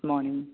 good morning